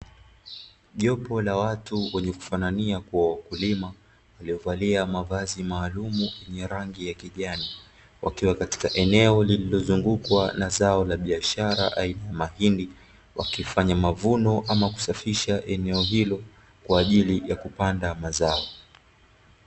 Jopo la watu wenye kufanania kuwa wakulima waliovalia mavazi maaalumu yenye rangi ya kijani wakiwa katika eneo lililozungukwa na zao la biashara aina ya mahindi wakfanya mavuno ama kusafisha eneo hilo kwaajili ya kupanda mazao.